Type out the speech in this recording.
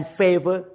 favor